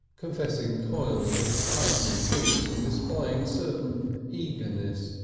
confessing coyly to tight new boots and displaying a certain eagerness,